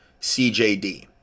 cjd